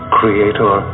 creator